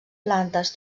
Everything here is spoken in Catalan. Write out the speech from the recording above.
plantes